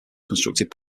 constructed